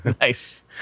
Nice